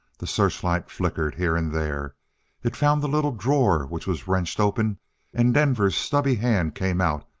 the searchlight flickered here and there it found the little drawer which was wrenched open and denver's stubby hand came out,